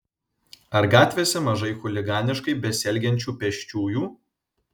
ar gatvėse mažai chuliganiškai besielgiančių pėsčiųjų